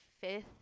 fifth